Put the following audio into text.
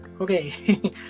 Okay